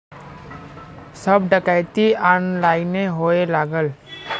सब डकैती ऑनलाइने होए लगल